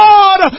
God